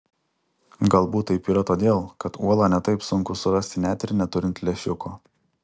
galbūt taip yra todėl kad uolą ne taip sunku surasti net ir neturint lęšiuko